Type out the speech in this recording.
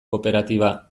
kooperatiba